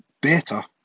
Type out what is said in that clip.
better